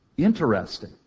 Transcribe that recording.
Interesting